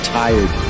tired